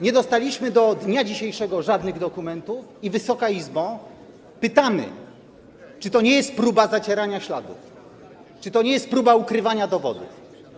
Nie dostaliśmy do dnia dzisiejszego żadnych dokumentów i, Wysoka Izbo, pytamy, czy to nie jest próba zacierania śladów, czy to nie jest próba ukrywania dowodów.